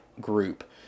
group